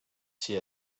see